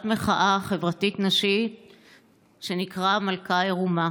מחאה חברתית נשית שנקרא "מלכה עירומה".